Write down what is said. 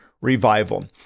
revival